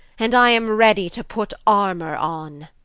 and i am ready to put armor on